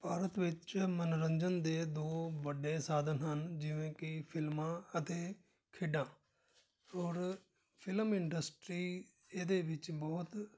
ਭਾਰਤ ਵਿੱਚ ਮਨੋਰੰਜਨ ਦੇ ਦੋ ਵੱਡੇ ਸਾਧਨ ਹਨ ਜਿਵੇਂ ਕਿ ਫਿਲਮਾਂ ਅਤੇ ਖੇਡਾਂ ਔਰ ਫਿਲਮ ਇੰਡਸਟਰੀ ਇਹਦੇ ਵਿੱਚ ਬਹੁਤ